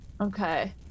Okay